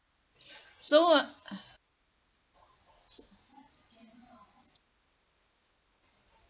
so